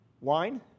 wine